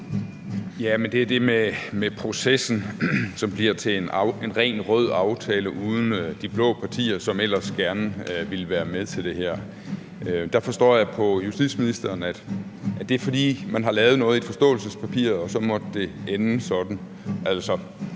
i forhold til det med processen, hvor det bliver til en ren rød aftale uden de blå partier, som ellers gerne ville være med til det her. Der forstår jeg på justitsministeren, at det er, fordi man har lavet noget i forståelsespapiret, og så måtte det ende sådan.